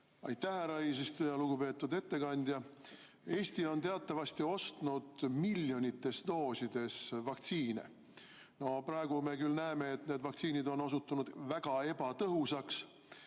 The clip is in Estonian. Aitäh, härra eesistuja! Lugupeetud ettekandja! Eesti on teatavasti ostnud miljoneid doose vaktsiini. Praegu me näeme, et need vaktsiinid on osutunud väga ebatõhusaks